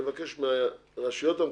אני מבקש מהרשויות המקצועיות,